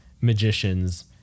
magicians